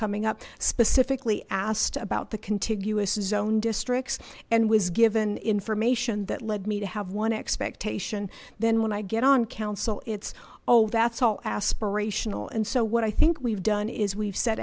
coming up specifically asked about the contiguous zone districts and was given information that led me to have one expectation then when i get on council it's oh that's all aspirational and so what i think we've done is we've set